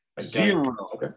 Zero